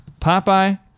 Popeye